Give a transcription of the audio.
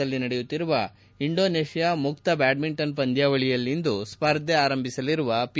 ಜಕಾರ್ತಾದಲ್ಲಿ ನಡೆಯುತ್ತಿರುವ ಇಂಡೋನೇಷ್ಯಾ ಮುಕ್ತ ಬ್ಲಾಡ್ಸಿಂಟನ್ ಪಂದ್ಲಾವಳಿಯಲ್ಲಿಂದು ಸ್ವರ್ಧ ಆರಂಭಿಸಲಿರುವ ಪಿ